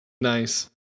Nice